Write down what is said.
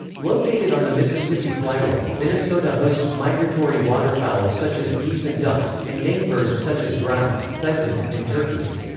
located on the mississippi flyway, minnesota hosts migratory waterfowl such as geese and ducks, and game birds such as grouse, pheasants, and turkeys.